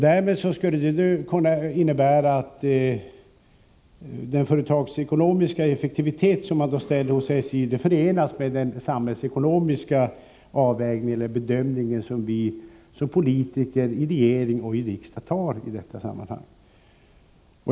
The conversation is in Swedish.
Därmed skulle det krav på företagsekonomisk effektivitet som ställs på SJ kunna förenas med den samhällsekonomiska avvägning och bedömning som vi som politiker i regering och riksdag gör i detta sammanhang.